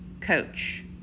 coach